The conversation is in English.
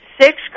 six